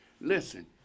Listen